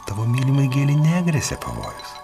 tavo mylimai gėlei negresia pavojus